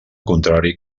contrari